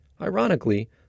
Ironically